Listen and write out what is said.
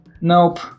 Nope